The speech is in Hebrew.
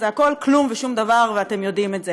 זה הכול כלום ושום דבר, ואתם יודעים את זה.